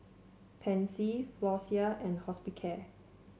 Pansy Floxia and Hospicare